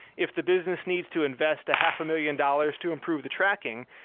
if the business needs to invest a half a million dollars to improve the tracking,